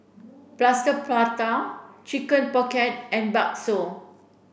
Plaster Prata chicken pocket and Bakso